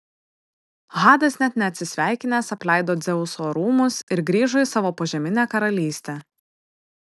hadas net neatsisveikinęs apleido dzeuso rūmus ir grįžo į savo požeminę karalystę